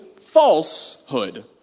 falsehood